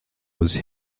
was